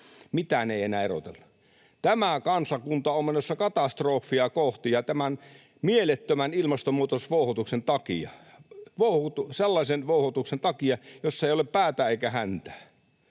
mitään ei enää erotella. Tämä kansakunta on menossa katastrofia kohti tämän mielettömän ilmastonmuutosvouhotuksen takia, sellaisen